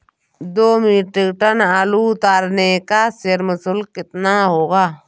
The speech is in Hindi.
दो मीट्रिक टन आलू उतारने का श्रम शुल्क कितना होगा?